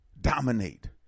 dominate